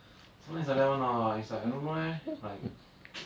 sometimes like that [one] lah it's like I don't know leh